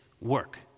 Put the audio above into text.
work